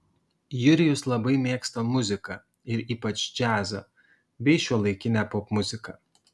jurijus labai mėgsta muziką ir ypač džiazą bei šiuolaikinę popmuziką